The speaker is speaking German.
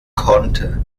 konnte